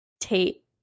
Tate